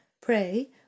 pray